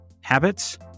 habits